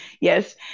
yes